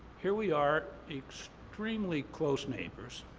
here we are extremely close neighbors,